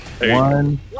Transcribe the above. one